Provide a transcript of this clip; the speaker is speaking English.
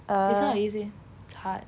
it's not easy it's hard